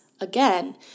again